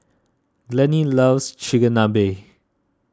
Glennie loves Chigenabe